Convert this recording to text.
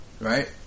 right